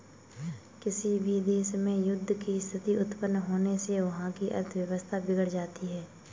किसी भी देश में युद्ध की स्थिति उत्पन्न होने से वहाँ की अर्थव्यवस्था बिगड़ जाती है